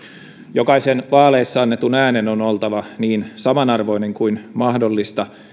jokaisen vaaleissa annetun äänen on oltava niin samanarvoinen kuin mahdollista